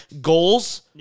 goals